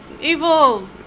evil